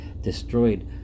destroyed